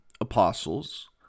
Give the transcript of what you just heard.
apostles